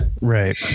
Right